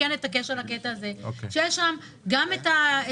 זה חוזה שיהיה לחמש שנים,